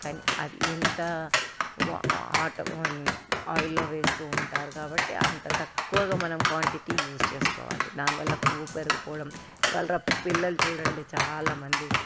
కానీ అది ఎంత ఆయిల్లో వేస్తు ఉంటారు కాబట్టి అంత తక్కువగా మనం క్వాంటిటీ యూస్ చేసుకోవాలి దాని వల్ల కొవ్వు పెరిగిపోవడం ఈవాళ పిల్లలు చూడండి చాలా మంది